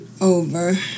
over